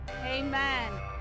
Amen